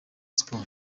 siporo